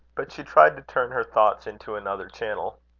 but she tried to turn her thoughts into another channel.